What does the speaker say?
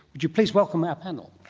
would you please welcome our panel.